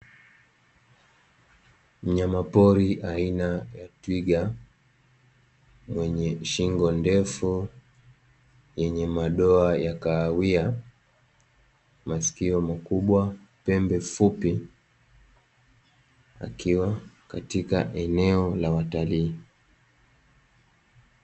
Mnyamapori aina ya twiga mwenye shingo ndefu yenye madoa ya kahawia, masikio makubwa, pembe fupi, akiwa katika eneo la watalii.